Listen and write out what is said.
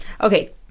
Okay